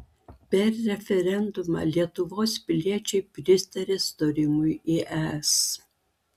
per referendumą lietuvos piliečiai pritarė stojimui į es